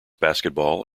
basketball